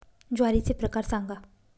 ज्वारीचे प्रकार सांगा